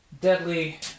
deadly